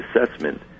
assessment